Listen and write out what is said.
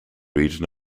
region